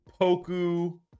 Poku